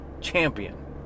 champion